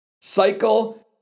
cycle